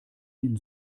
den